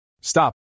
Stop